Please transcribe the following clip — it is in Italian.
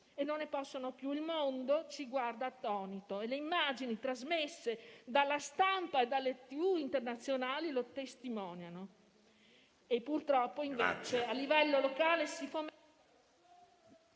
e non ne possono più. Il mondo ci guarda attonito e le immagini trasmesse dalla stampa e dalle TV internazionali lo testimoniano. Purtroppo, invece, a livello locale...